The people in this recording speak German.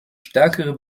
stärkere